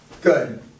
good